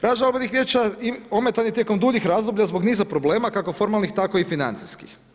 Rad žalbenih vijeća ometan je tijekom duljih razdoblja zbog niza problema kako formalnih, tako i financijskih.